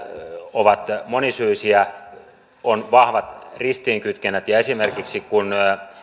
ovat monisyisiä niillä on vahvat ristiinkytkennät esimerkiksi kun